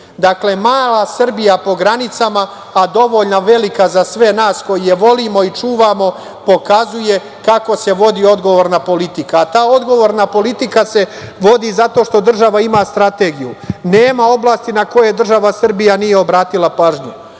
Evropi. Dakle, mala Srbija po granicama, a dovoljno velika za sve nas koji je volimo, i čuvamo pokazuje kako se vodi odgovorna politika, a ta odgovorna politika se vodi, zato što država ima strategiju. Nema oblasti na koje država Srbija nije obratila pažnju,